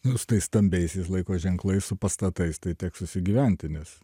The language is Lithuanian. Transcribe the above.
nu su tais stambiaisiais laiko ženklais su pastatais tai teks susigyventi nes